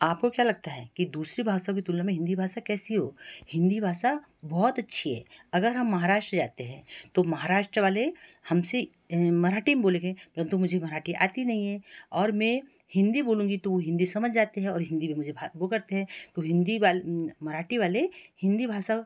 आपको क्या लगता है कि दूसरी भाषाओं की तुलना में हिंदी भाषा कैसी हो हिंदी भाषा बहुत अच्छी है अगर हम महाराष्ट्र जाते हैं तो महाराष्ट्र वाले हमसे मराठी में बोलेंगे परंतु मुझे मराठी आती नहीं है और मैं हिंदी बोलूँगी तो वो हिंदी समझ जाते हैं और हिंदी में मुझे बात वो करते हैं तो हिंदी वाले मराठी वाले हिंदी भाषा